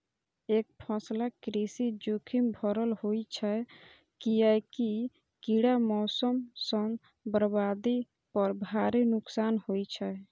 एकफसला कृषि जोखिम भरल होइ छै, कियैकि कीड़ा, मौसम सं बर्बादी पर भारी नुकसान होइ छै